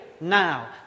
now